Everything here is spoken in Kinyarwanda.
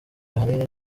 ahanini